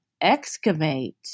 excavate